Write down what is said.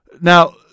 Now